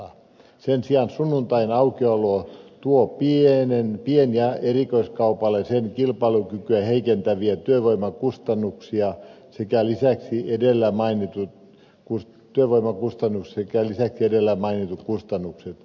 sen sijaan sunnuntaiaukiolo tuo pien ja erikoiskaupalle sen kilpailukykyä heikentäviä työvoimakustannuksia sekä lisäksi edellä mainitun kurt työvoimakustannukset ja lisäksi edellä mainitut kustannukset